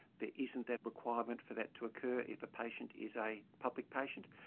there isn't that requirement for that to occur if a patient is a public patient.